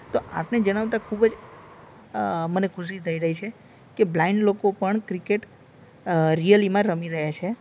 તો આપને જણાવતા ખૂબ જ મને ખુશી થઈ રહી છે કે બ્લાઇન્ડ લોકો પણ ક્રિકેટ રીયલમાં રમી રહ્યાં છે